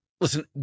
Listen